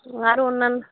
আরও অন্যান্য